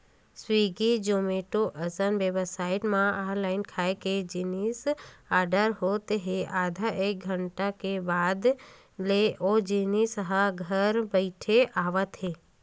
Swiggy, Zomato असन website म online खाए के जिनिस के आरडर होत हे आधा एक घंटा के बाद ले ओ जिनिस ह घर बइठे आवत हे